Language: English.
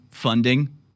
funding